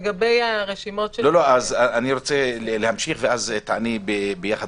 לגבי הרשימות --- אני רוצה להמשיך ואז תעני יחד,